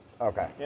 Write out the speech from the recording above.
Okay